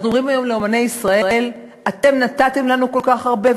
אנחנו אומרים היום לאמני ישראל: אתם נתתם לנו כל כך הרבה,